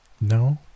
No